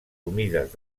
humides